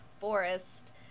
forest